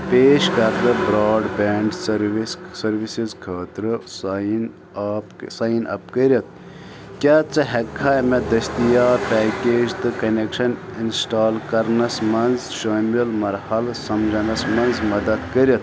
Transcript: پیش کردٕ broadband service services خٲطرٕ ساین اپ ساین اَپ کرتھ کیٛاہ ژٕ ہیٚکہِ کھا مےٚ دستیاب پیکیج تہٕ کۄنیٚکشن انسٹال کرنَس منٛز شٲمل مرحلہٕ سمجھنَس منٛز مدد کٔرتھ